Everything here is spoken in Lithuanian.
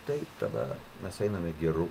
tai tada mes einame geru